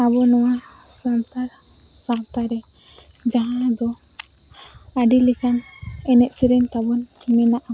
ᱟᱵᱚ ᱱᱚᱣᱟ ᱥᱟᱱᱛᱟᱲ ᱥᱟᱶᱛᱟᱨᱮ ᱡᱟᱦᱟᱸᱫᱚ ᱟᱹᱰᱤ ᱞᱮᱠᱟᱱ ᱮᱱᱮᱡᱼᱥᱮᱨᱮᱧ ᱛᱟᱵᱚᱱ ᱢᱮᱱᱟᱜᱼᱟ